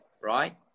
right